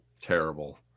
Terrible